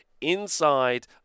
inside